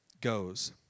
goes